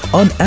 on